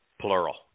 plural